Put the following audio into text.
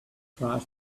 trust